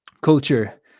Culture